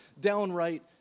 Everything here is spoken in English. downright